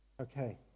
Okay